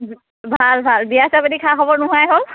ভাল ভাল বিয়া চিয়া পাতি খা খবৰ নোহোৱাই হ'ল